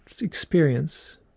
experience